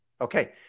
Okay